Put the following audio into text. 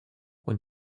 when